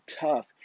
tough